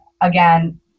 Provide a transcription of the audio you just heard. again